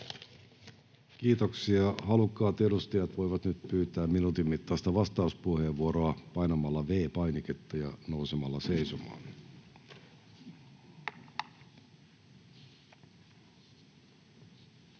Kiitoksia. — Halukkaat edustajat voivat nyt pyytää minuutin mittaista vastauspuheenvuoroa painamalla V-painiketta ja nousemalla seisomaan. —